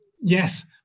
yes